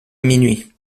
minuit